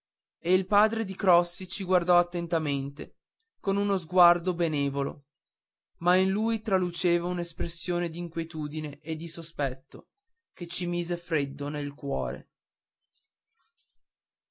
e il padre di crossi ci guardò attentamente con uno sguardo benevolo ma in cui traluceva un'espressione d'inquietudine e di sospetto che ci mise freddo nel cuore